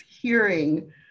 hearing